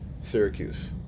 Syracuse